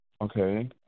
Okay